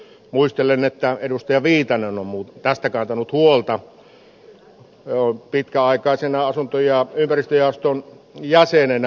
muistelen että edustaja viitanen on tästä kantanut huolta pitkäaikaisena asunto ja ympäristöjaoston jäsenenä